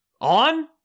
on